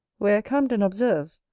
where camden observes,